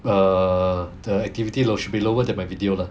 err the activity low should be lower than my video lah